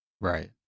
Right